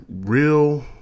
real